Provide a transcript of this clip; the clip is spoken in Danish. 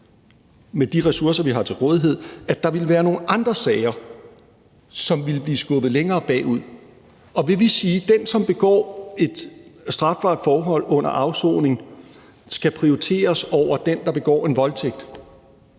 med de ressourcer, vi har til rådighed – at der ville være nogle andre sager, som ville blive skubbet længere bagud. Og vil vi sige, at den, som begår et strafbart forhold under afsoning, skal prioriteres over den, der begår en voldtægt,